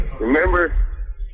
Remember